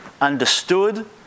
understood